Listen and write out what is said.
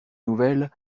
nouvelles